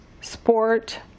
sport